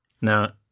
Now